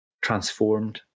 transformed